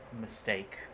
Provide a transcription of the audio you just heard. mistake